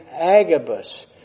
Agabus